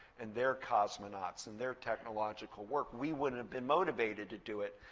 and their cosmonauts, and their technological work, we wouldn't have been motivated to do it.